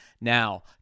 Now